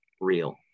real